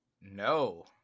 No